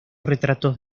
retratos